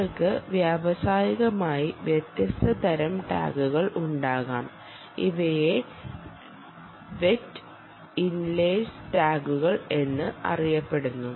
നിങ്ങൾക്ക് വ്യാവസായികമായി വ്യത്യസ്ത തരം ടാഗുകൾ ഉണ്ടാകാം ഇവയെ വെറ്റ് ഇൻലേയ്സ് ടാഗുകൾ എന്ന് അറിയപ്പെടുന്നു